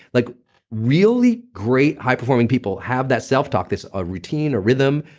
like really great high performing people have that self talk, this ah routine or rhythm,